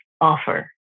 offer